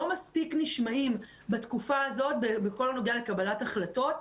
מספיק נשמעים בתקופה הזאת בכל מודל קבלת ההחלטות.